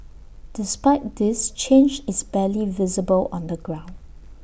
despite this change is barely visible on the ground